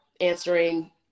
answering